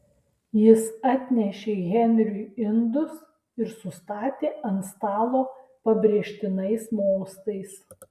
jis atnešė henriui indus ir sustatė ant stalo pabrėžtinais mostais